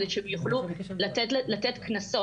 כדי שיוכלו לתת קנסות.